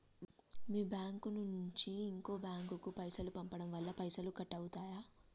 మీ bank నుంచి ఇంకో bank కు పైసలు పంపడం వల్ల పైసలు కట్ అవుతయా?